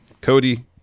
Cody